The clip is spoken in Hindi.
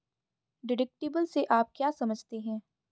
डिडक्टिबल से आप क्या समझते हैं?